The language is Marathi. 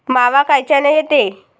मावा कायच्यानं येते?